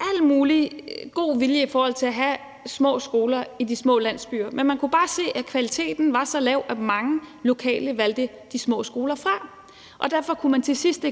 al mulig god vilje i forhold til at have små skoler i de små landsbyer, men man kunne bare se, at kvaliteten var så lav, at mange lokale valgte de små skoler fra. Derfor kunne man som kommunalpolitiker til sidst